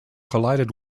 collided